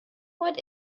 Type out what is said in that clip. what